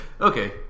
okay